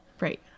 Right